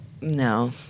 no